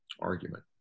argument